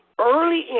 early